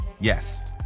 Yes